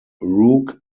rook